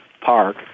Park